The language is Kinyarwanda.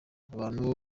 abantu